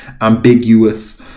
ambiguous